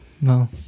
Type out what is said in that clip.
No